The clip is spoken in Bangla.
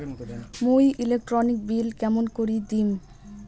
মুই ইলেকট্রিক বিল কেমন করি দিম?